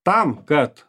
tam kad